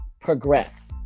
progress